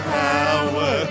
power